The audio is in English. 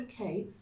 okay